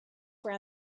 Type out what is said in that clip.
ran